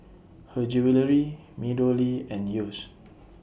Her Jewellery Meadowlea and Yeo's